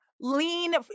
lean